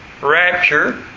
rapture